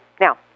Now